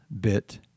bit